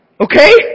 Okay